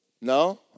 No